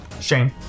Shane